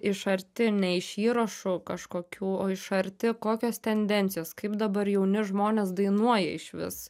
iš arti ne iš įrašų kažkokių o iš arti kokios tendencijos kaip dabar jauni žmonės dainuoja išvis